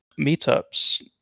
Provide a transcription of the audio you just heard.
meetups